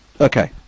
Okay